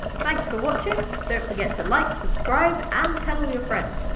thanks for watching. don't forget to like, subscribe and tell all your friends.